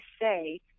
say